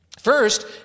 First